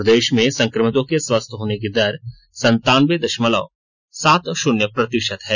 प्रदेश में संक्रमितों के स्वस्थ होने की दर संतानवें दशमलव सात शून्य प्रतिशत है